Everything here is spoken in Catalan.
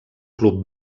club